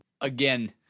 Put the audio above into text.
Again